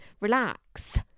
relax